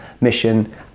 mission